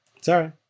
Sorry